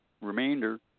remainder